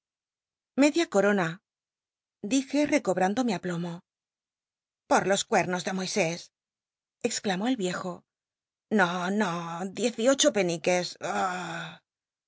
media corona i dije recobrando mi aplomo por los cuernos de moisés exclamó el viejo no no diez y ocho peniques